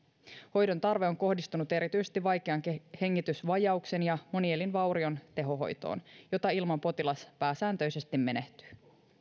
hoidon tarve on kohdistunut erityisesti vaikean hengitysvajauksen ja monielinvaurion tehohoitoon jota ilman potilas pääsääntöisesti menehtyy